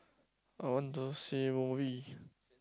I want to see movie